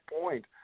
point